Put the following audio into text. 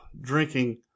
drinking